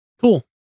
Cool